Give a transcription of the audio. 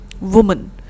woman